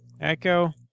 Echo